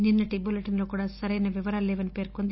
నిన్సటి bulletin లో కూడా సరైన వివరాలు లేవని పేర్కొంది